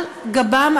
על גבם,